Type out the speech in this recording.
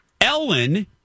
Ellen